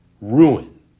ruin